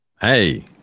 hey